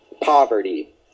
poverty